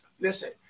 Listen